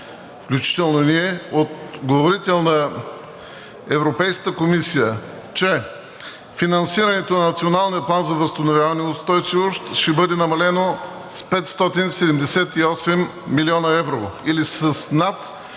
включително и ние, от говорител на Европейската комисия, че финансирането на Националния план за възстановяване и устойчивост ще бъде намалено с 578 млн. евро, или с над